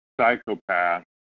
psychopath